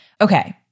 Okay